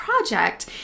project